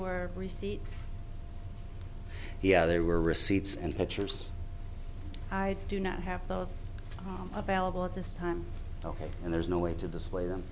were receipts they were receipts and pictures i do not have those available at this time and there's no way to display them